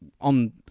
on